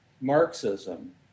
Marxism